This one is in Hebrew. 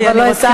אני רוצה לחזור,